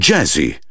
Jazzy